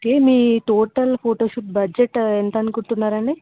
okay మీ total photoshoot budget ఎంతఅనుకుంటున్నారు అండి